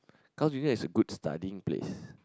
Carls Junior is a good studying place